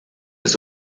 ist